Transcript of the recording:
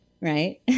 right